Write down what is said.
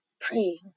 praying